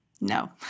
no